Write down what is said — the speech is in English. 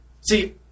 See